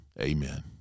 Amen